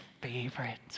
favorite